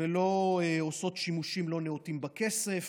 ולא עושות שימושים לא נאותים בכסף